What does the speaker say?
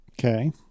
Okay